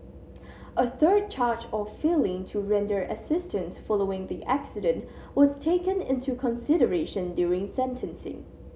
a third charge of failing to render assistance following the accident was taken into consideration during sentencing